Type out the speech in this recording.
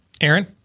Aaron